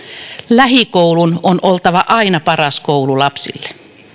lähikoulun on oltava aina paras koulu lapselle